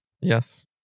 Yes